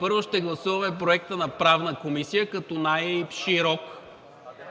Първо ще гласуваме Проекта на Правната комисия като най широк.